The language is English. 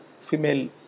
female